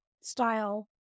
style